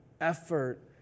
effort